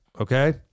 okay